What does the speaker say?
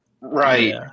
Right